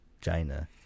China